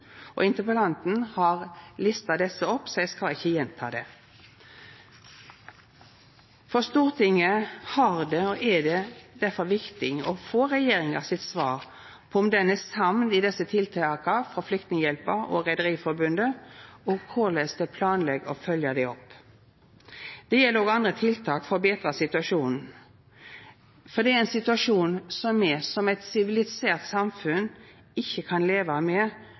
og interpellanten har lista opp desse, så eg skal ikkje gjenta dei. For Stortinget har det derfor vore, og er det, viktig å få eit svar frå regjeringa på om ho er samd i desse tiltaka frå Flyktninghjelpen og Rederiforbundet, og om korleis ho planlegg å følgja dei opp. Det gjeld òg andre tiltak for å betra situasjonen, for det er ein situasjon som me, som eit sivilisert samfunn, ikkje kan leva med.